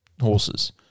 horses